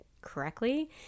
correctly